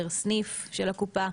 פר סניף של הקופה,